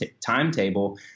timetable